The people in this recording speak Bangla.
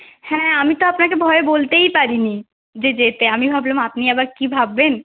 হ্যাঁ আমি তো আপনাকে ভয়ে বলতেই পারিনি যে যেতে আমি ভাবলাম আপনি আবার কি ভাববেন